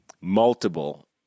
multiple